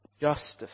justice